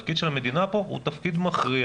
התפקיד של המדינה פה הוא תפקיד מכריע,